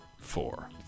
four